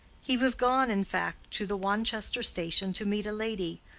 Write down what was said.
he was gone, in fact, to the wanchester station to meet a lady,